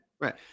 Right